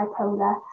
bipolar